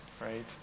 right